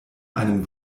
einem